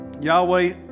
Yahweh